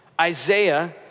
Isaiah